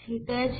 ঠিক আছে